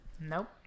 Nope